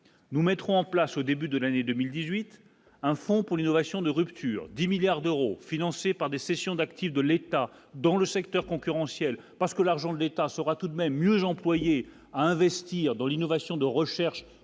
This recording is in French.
nous mettrons en place au début de l'année 2018 un fonds pour l'innovation de rupture 10 milliards d'euros financés par des cessions d'actifs de l'État dans le secteur concurrentiel. Parce que l'argent de l'État sera tout de même mieux employé à investir dans l'innovation, de recherche,